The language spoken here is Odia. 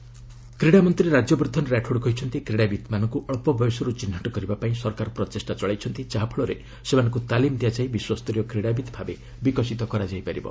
ରାଠୋଡ୍ ସ୍ୱେର୍ଟସ୍ କ୍ରୀଡ଼ାମନ୍ତ୍ରୀ ରାଜ୍ୟବର୍ଦ୍ଧନ ରାଠୋଡ୍ କହିଛନ୍ତି କ୍ରୀଡ଼ାବିତ୍ମାନଙ୍କୁ ଅକ୍ସ ବୟସରୁ ଚିହ୍ନଟ କରିବାପାଇଁ ସରକାର ପ୍ରଚେଷ୍ଟା ଚଳାଇଛନ୍ତି ଯାହାଫଳରେ ସେମାନଙ୍କୁ ତାଲିମ ଦିଆଯାଇ ବିଶ୍ୱସ୍ତରୀୟ କ୍ରୀଡ଼ାବିତ୍ ଭାବେ ବିକଶିତ କରାଯାଇପାରିବ